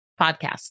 Podcast